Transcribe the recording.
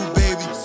baby